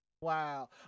Wow